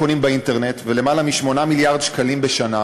קונים באינטרנט בלמעלה מ-8 מיליארד שקלים בשנה,